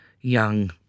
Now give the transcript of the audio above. young